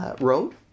road